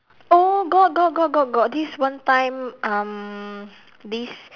oh got got got got got this one time um this